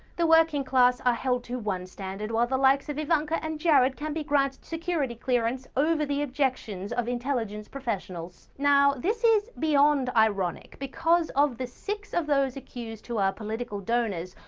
the working class are held to one standard, while the likes of ivanka and jared can be granted security clearance over the objections of intelligence professionals. this is beyond ironic, because of the six of those accused who are political donors,